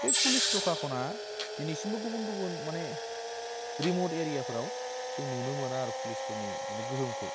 बे पुलिस फ्रखाख'ना दिनैसिमबो गुबुन गुबुन माने रिमट एरियाफोराव जों नुनो मोना आरो पुलिसफोरनि गोहोमखौ